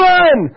Run